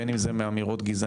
בין אם זה מאמירות גזעניות,